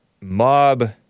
mob